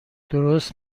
درست